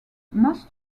most